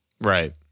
Right